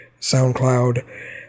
SoundCloud